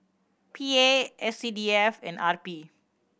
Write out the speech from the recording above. P A S C D F and R P